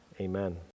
Amen